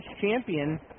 champion